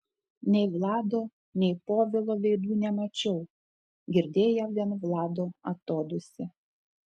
nei vlado nei povilo veidų nemačiau girdėjau vien vlado atodūsį